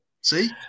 See